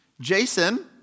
Jason